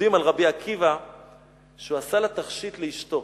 יודעים על רבי עקיבא שהוא עשה תכשיט לאשתו.